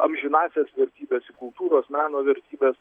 amžinąsias vertybes į kultūros meno vertybes